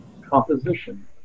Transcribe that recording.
composition